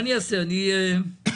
אני אחזור על עמדתי,